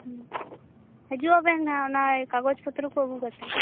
ᱦᱢ ᱦᱟᱡᱩᱜ ᱟᱵᱮᱱ ᱦᱟᱜ ᱚᱱᱟ ᱠᱟᱜᱚᱡ ᱯᱚᱛᱨᱚ ᱠᱚ ᱟᱹᱜᱩ ᱠᱟᱛᱮ